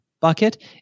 bucket